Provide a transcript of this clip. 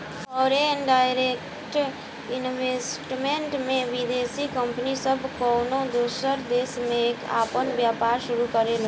foreign direct investment में विदेशी company सब कउनो दूसर देश में आपन व्यापार शुरू करेले